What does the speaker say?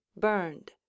burned